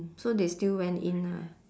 so they still went in ah